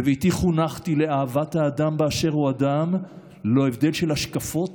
בביתי חונכתי לאהבת האדם באשר הוא אדם ללא הבדל של השקפות,